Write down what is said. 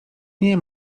nie